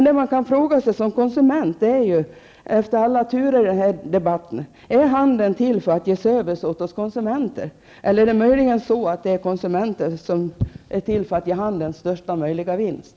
Efter alla turer i debatten kan vi som konsumenter fråga: Är handeln till för att ge oss konsumenter service, eller är konsumenterna till för att ge handeln största möjliga vinst?